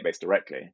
directly